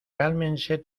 cálmense